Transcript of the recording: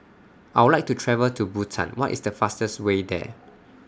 I Would like to travel to Bhutan What IS The fastest Way There